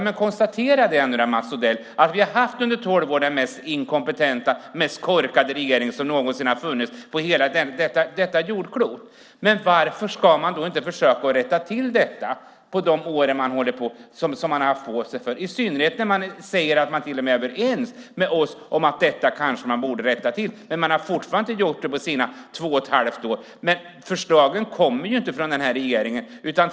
Men konstatera då, Mats Odell, att vi under tolv år har haft den mest inkompetenta och mest korkade regering som någonsin har funnits på hela detta jordklot. Men varför försöker man då inte att rätta till detta, i synnerhet när man säger att man till och med är överens med oss om att man kanske borde rätta till detta? Men man har fortfarande inte gjort det under dessa två och ett halvt åren. Men förslagen kommer inte från den här regeringen.